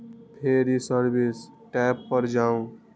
फेर ई service tab पर जाउ